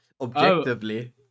objectively